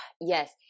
yes